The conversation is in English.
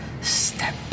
Step